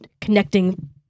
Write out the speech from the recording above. connecting